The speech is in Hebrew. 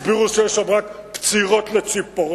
הסבירו שיש רק פצירות לציפורניים,